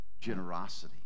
generosity